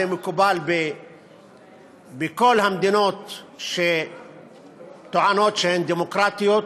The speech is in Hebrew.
זה מקובל בכל המדינות שטוענות שהן דמוקרטיות,